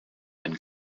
and